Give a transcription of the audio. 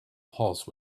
pulse